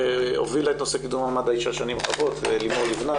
והובילה את נושא קידום מעמד האישה שנים רבות - לימור לבנת,